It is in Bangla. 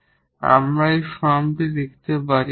এবং আমরা এই ফর্মটিতে লিখতে পারি